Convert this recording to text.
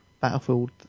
Battlefield